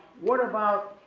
what about